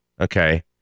Okay